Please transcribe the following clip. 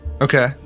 okay